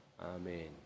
Amen